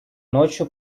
ночью